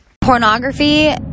pornography